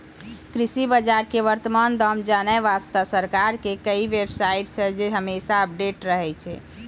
कृषि बाजार के वर्तमान दाम जानै वास्तॅ सरकार के कई बेव साइट छै जे हमेशा अपडेट रहै छै